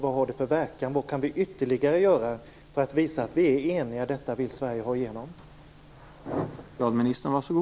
Vad har de för verkan? Vad kan vi göra ytterligare för att visa att vi är eniga och att vi vill ha igenom våra krav?